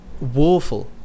woeful